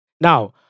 Now